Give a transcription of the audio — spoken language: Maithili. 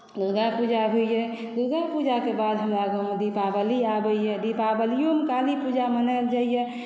दुर्गापूजा होइए दुर्गापूजाके बाद हमरा गाँवमे दीपावली आबैए दीपवलियोमे कालीपूजा मनायल जाइए